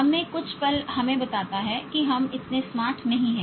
हम में कुछ पल हमें बताता है कि हम इतने स्मार्ट नहीं है